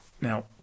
Now